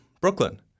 Brooklyn